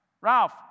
Ralph